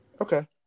Okay